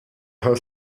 her